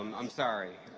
um i'm sorry.